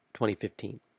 2015